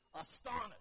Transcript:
astonished